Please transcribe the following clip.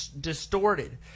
distorted